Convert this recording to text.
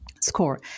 score